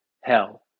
hell